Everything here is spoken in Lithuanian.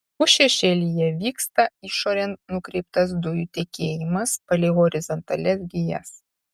pusšešėlyje vyksta išorėn nukreiptas dujų tekėjimas palei horizontalias gijas